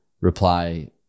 reply